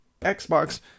Xbox